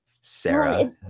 sarah